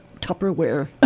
Tupperware